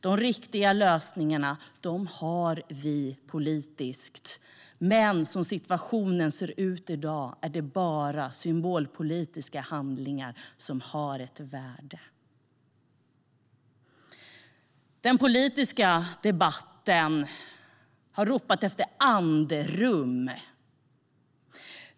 De riktiga lösningarna har vi politiskt, men som situationen ser ut i dag är det bara symbolpolitiska handlingar som har ett värde. Den politiska debatten har ropat efter andrum.